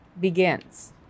begins